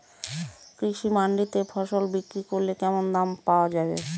কৃষি মান্ডিতে ফসল বিক্রি করলে কেমন দাম পাওয়া যাবে?